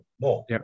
more